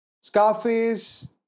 Scarface